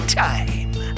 time